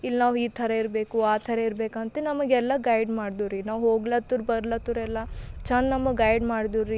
ಇಲ್ಲಿ ನಾವು ಈ ಥರ ಇರಬೇಕು ಆ ಥರ ಇರಬೇಕಂತ ನಮಗೆ ಎಲ್ಲ ಗೈಡ್ ಮಾಡ್ದು ರೀ ನಾವು ಹೋಗ್ಲತರ್ ಬರ್ಲತರ್ ಎಲ್ಲ ಛಂದ್ ನಮಗೆ ಗೈಡ್ ಮಾಡ್ದು ರೀ